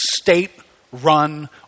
state-run